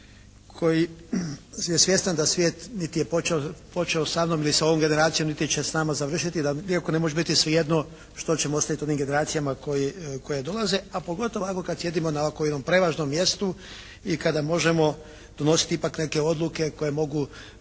koji je svjestan da svijet niti je počeo sa mnom niti sa ovom generacijom niti će s nama završiti iako ne može biti svejedno što ćemo ostaviti onim generacijama koje dolaze. A pogotovo ovako kad sjedimo na ovako jednom prevažnom mjestu i kada možemo donositi ipak neke odluke koje mogu